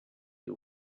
you